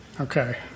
Okay